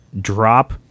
drop